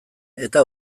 eta